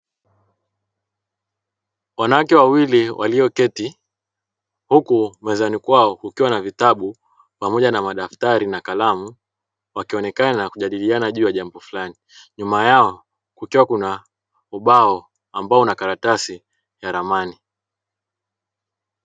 Wanawake wawili walioketi huku mezani kwao kukiwa na vitabu pamoja na madaftari na kalamu wakionekana kujadiliana juu ya jambo fulani, nyuma yao kukiwa kuna ubao ambao una karatasi ya ramani.